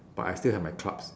but I still have my clubs